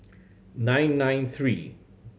nine nine three